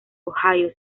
ohio